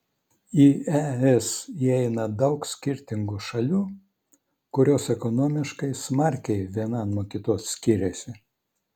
į es įeina daug skirtingų šalių kurios ekonomiškai smarkiai viena nuo kitos skiriasi